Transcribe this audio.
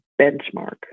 benchmark